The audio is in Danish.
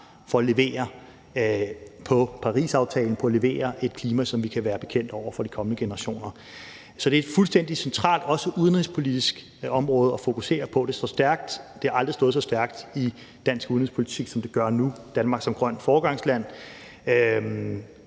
for at levere på Parisaftalen og levere et klima, som vi kan være bekendt over for de kommende generationer. Så det er også et fuldstændig centralt udenrigspolitisk område at fokusere på. Det står stærkt, og det har aldrig stået så stærkt i dansk udenrigspolitik, som det gør nu. Danmark som grønt foregangsland